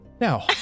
Now